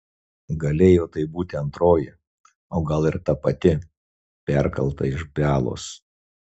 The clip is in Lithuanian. galėjo tai būti antroji o gal ir ta pati perkelta iš bialos